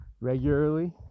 regularly